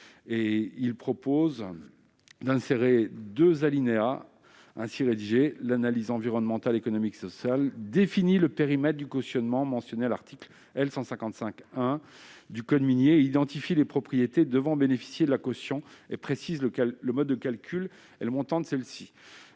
Il vise à insérer deux alinéas ainsi rédigés :« L'analyse environnementale, économique et sociale définit le périmètre du cautionnement mentionné à l'article L. 155-1 du code minier. « Elle identifie les propriétés devant bénéficier de la caution et précise le mode de calcul et le montant de celle-ci.